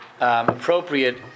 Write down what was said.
appropriate